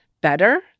better